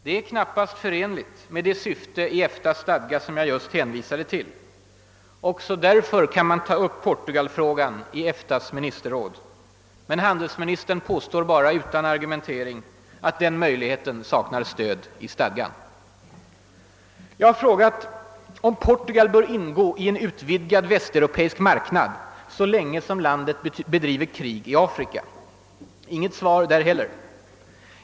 Det är knappast förenligt med det syfte i EFTA:s stadga som jag just hänvisat till. Också därför kan man ta upp Portugalfrågan i EFTA:s ministerråd. Men handelsministern påstår utan någon som helst argumentering att den möjligheten saknar stöd i stadgan. Jag frågade om Portugal bör ingå i en utvidgad västeuropeisk marknad så länge som landet bedriver krig i Afrika. Inget svar där heller.